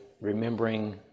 remembering